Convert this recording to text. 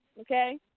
Okay